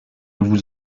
vous